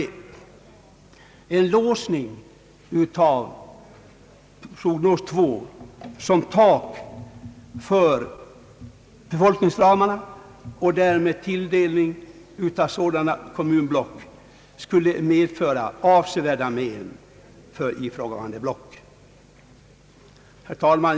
En låsning av prognos 2 som tak för befolkningsramarna och därmed tilldelning av resurser inom sådana kommunblock skulle medföra avsevärda men för ifrågavarande block. Herr talman!